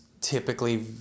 typically